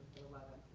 eleven.